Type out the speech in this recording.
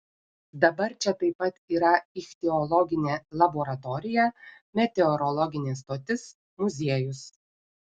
dabar čia taip pat yra ichtiologinė laboratorija meteorologinė stotis muziejus